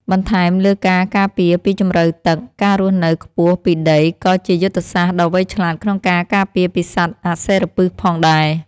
បន្ថែមលើការការពារពីជម្រៅទឹក ការរស់នៅខ្ពស់ពីដីក៏ជាយុទ្ធសាស្ត្រដ៏វៃឆ្លាតក្នុងការការពារពីសត្វអសិរពិសផងដែរ។